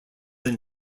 than